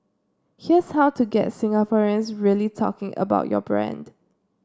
here's how to get Singaporeans really talking about your brand